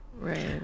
Right